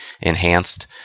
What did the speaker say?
Enhanced